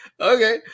Okay